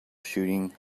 shooting